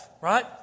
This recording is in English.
right